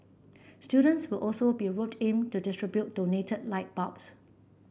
students will also be roped in to distribute donated light bulbs